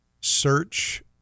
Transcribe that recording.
search